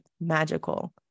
magical